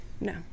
no